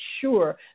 sure